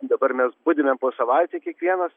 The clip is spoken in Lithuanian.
dabar mes budime po savaitę kiekvienas